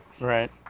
Right